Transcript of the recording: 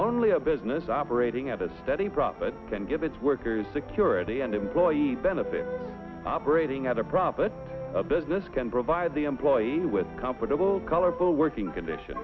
only a business operating at a steady profit can give its workers security and employees benefit operating at a profit a business can provide the employees with comparable colorful working condition